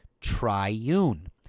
triune